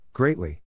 Greatly